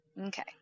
Okay